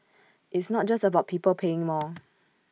it's not just about people paying more